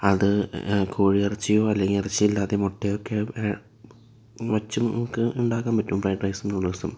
അത് കോഴിയിറച്ചിയോ അല്ലെങ്കിൽ ഇറച്ചി ഇല്ലാതായോ മുട്ടയൊക്കെ വെച്ചും ഒക്കെ ഉണ്ടാക്കാൻ പറ്റും ഫ്രെയ്ഡ് റൈസും നൂഡിൽസും